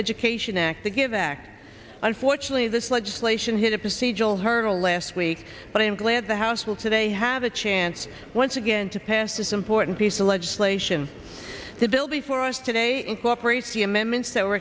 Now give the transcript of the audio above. education act the give act unfortunately this legislation hit a procedural hurdle last week but i am glad the house will today have a chance once again to pass this important piece of legislation the bill before us today incorporates the amendments that were